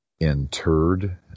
interred